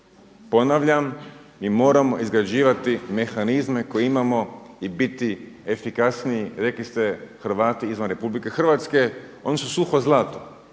Ponavljam, mi moramo izgrađivati mehanizme koje imamo i biti efikasniji. Rekli ste Hrvati izvan RH oni su suho zlato,